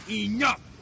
enough